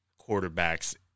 quarterbacks